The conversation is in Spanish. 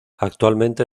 actualmente